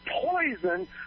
poison